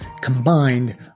combined